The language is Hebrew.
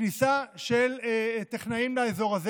בכניסה של טכנאים לאזור הזה.